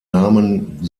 namen